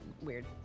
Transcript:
weird